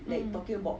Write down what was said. mm